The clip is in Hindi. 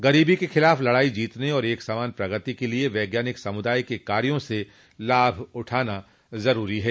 गरीबी के खिलाफ लड़ाई जीतने और एक समान प्रगति के लिए वैज्ञानिक समुदाय के कार्यो से लाभ उठाना जरूरी है